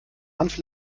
hanf